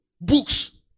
Books